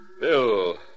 Bill